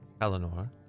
Eleanor